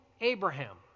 Abraham